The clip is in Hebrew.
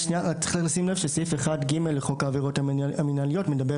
צריך שים לב שסעיף 1(ג) לחוק העבירות המינהליות מדבר